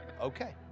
Okay